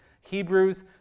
Hebrews